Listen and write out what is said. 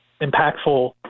impactful